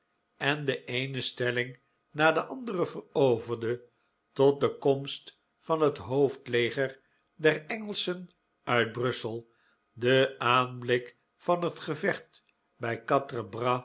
en de eene stelling na de andere veroverde tot de komst van het hoofdleger der engelschen uit brussel den aanblik van het gevecht bij